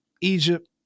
Egypt